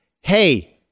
Hey